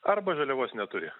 arba žaliavos neturi